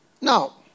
Now